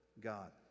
God